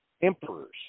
emperors